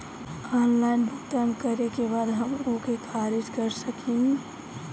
Online भुगतान करे के बाद हम ओके खारिज कर सकेनि?